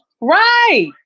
Right